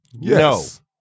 Yes